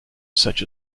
such